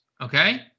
okay